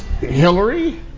Hillary